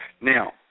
Now